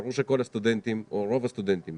ברור שרוב הסטודנטים